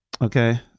Okay